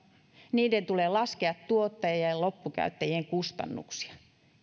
tulee laskea tuottajien ja loppukäyttäjien kustannuksia